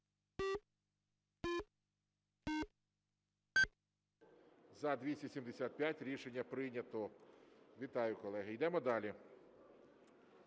За-275 Рішення прийнято. Вітаю, колеги. Ідемо далі.